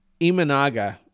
Imanaga